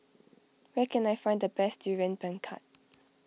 where can I find the best Durian Pengat